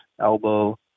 elbow